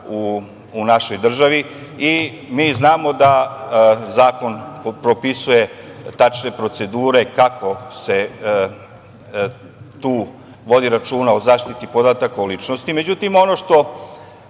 u našoj državi. Mi znamo da Zakon propisuje tačne procedure kako se tu vodi računa o zaštiti podataka o ličnosti.Međutim, ono što